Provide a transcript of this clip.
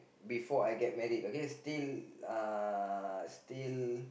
before I get married okay still uh still